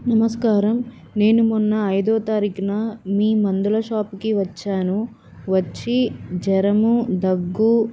నమస్కారం నేను మొన్న ఐదవ తారీఖున మీ మందుల షాప్కి వచ్చాను వచ్చి జ్వరము దగ్గు